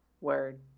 Word